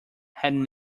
had